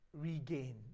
regain